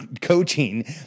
coaching